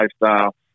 lifestyle